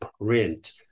print